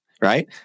right